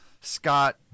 Scott